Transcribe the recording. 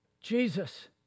Jesus